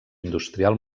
industrial